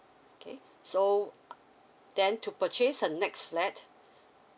okay so then to purchase a next flat